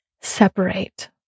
separate